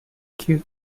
cute